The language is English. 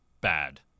Bad